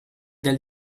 del